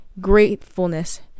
gratefulness